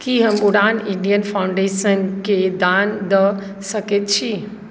की हम उड़ान इण्डियन फाउण्डेशनके दान दऽ सकैत छी